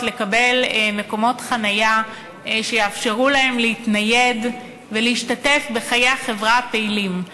לקבל מקומות חניה שיאפשרו להם להתנייד ולהשתתף בחיי החברה הפעילים.